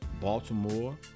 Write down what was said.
Baltimore